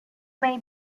may